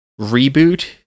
reboot